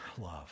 Love